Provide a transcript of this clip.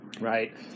right